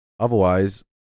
Otherwise